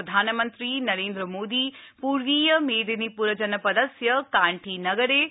प्रधानमन्त्री नरेन्द्रमोदी पूर्वीय मेदिनीपुर जनपदस्य कांठीनगरे